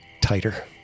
tighter